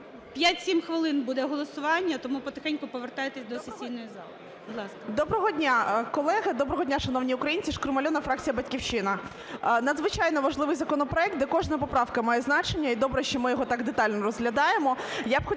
5-7 хвилин буде голосування, тому потихеньку повертайтесь до сесійної зали. Будь ласка. 10:34:12 ШКРУМ А.І. Доброго дня, колеги! Доброго дня, шановні українці! Шкрум Альона, фракція "Батьківщина". Надзвичайно важливий законопроект, де кожна поправка має значення, і добре, що ми його так детально розглядаємо.